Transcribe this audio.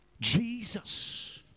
Jesus